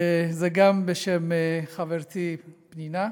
זה גם בשם חברתי פנינה,